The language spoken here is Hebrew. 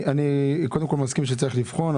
אני מסכים שצריך לבחון,